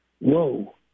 whoa